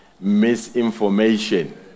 misinformation